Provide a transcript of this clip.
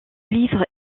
livre